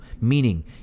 meaning